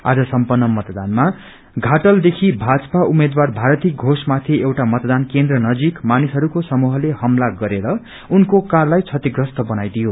आज सम्पन्न मतदानामा घाटलदेखि भाजपा उम्मेद्वार भारती घोषमाथि एउटा मतदान केन्द्र नजिक मानिसहरूको समूहले हमला गरेर उनको कारलाई क्षतिग्रस्त बनाईदियो